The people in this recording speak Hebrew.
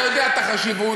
אתה יודע את החשיבות,